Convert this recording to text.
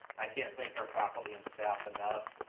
i can't thank our faculty and staff enough,